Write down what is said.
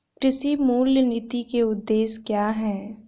कृषि मूल्य नीति के उद्देश्य क्या है?